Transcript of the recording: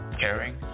caring